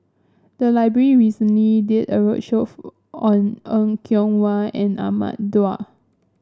the library recently did a roadshow on Er Kwong Wah and Ahmad Daud